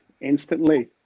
instantly